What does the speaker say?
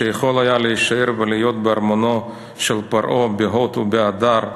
שיכול היה להישאר ולהיות בארמונו של פרעה בהוד ובהדר,